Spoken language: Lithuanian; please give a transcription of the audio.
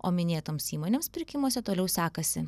o minėtoms įmonėms pirkimuose toliau sekasi